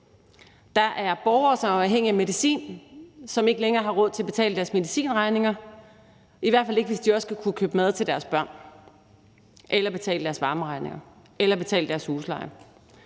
Der er borgere, som er afhængige af medicin, og som ikke længere har råd til at betale deres medicinregninger, i hvert fald ikke hvis de også skal kunne købe mad til deres børn, betale deres varmeregninger eller betale deres husleje.